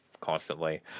constantly